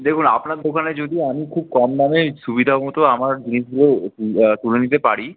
দেখুন আপনার দোকানে যদি আমি খুব কম দামে সুবিধা মতো আমার জিনিসগুলো তুলে নিতে পারি